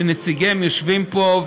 שנציגיהם יושבים פה,